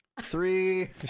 Three